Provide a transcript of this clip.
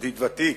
ידיד ותיק,